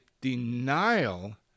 denial